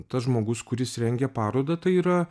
tas žmogus kuris rengia parodą tai yra